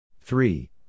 Three